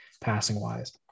passing-wise